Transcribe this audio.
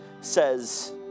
says